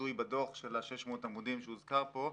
ביטוי בדוח של ה-600 עמודים שהוזכר פה.